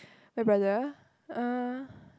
brother uh